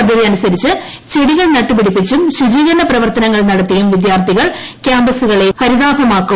പദ്ധതി അനുസരിച്ച് ചെടികൾ നട്ടു പിടിപ്പിച്ചും ശുചീകരണ പ്രവർത്തനങ്ങൾ നടത്തിയും വിദ്യാർത്ഥികൾ ക്യാമ്പസുകളെ ഹരിതാഭമാക്കും